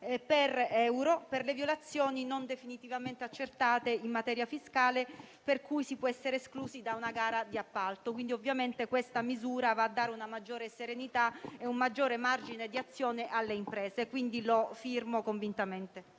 originaria per le violazioni non definitivamente accertate in materia fiscale per cui si può essere esclusi da una gara di appalto. Ovviamente questa misura dà maggior serenità e un maggiore margine di azione alle imprese. Appongo quindi convintamente